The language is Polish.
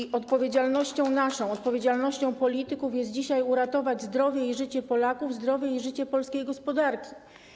Naszą odpowiedzialnością, odpowiedzialnością polityków jest dzisiaj ratowanie zdrowia i życia Polaków, zdrowia i życia polskiej gospodarki.